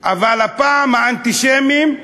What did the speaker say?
אבל הפעם האנטישמים,